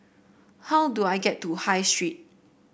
how do I get to High Street